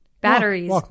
batteries